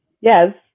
Yes